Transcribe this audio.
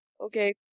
Okay